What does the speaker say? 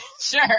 sure